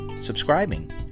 subscribing